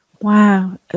wow